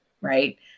right